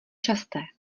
časté